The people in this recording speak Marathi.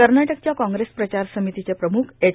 कनाटकच्या कॉग्रेस प्रचार र्सामतीचे प्रमुख एच